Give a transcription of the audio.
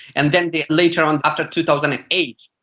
and then later on, after two thousand and eight,